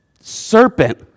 serpent